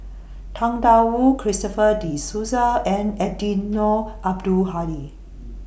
Tang DA Wu Christopher De Souza and Eddino Abdul Hadi